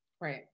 Right